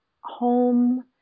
home